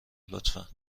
لطفا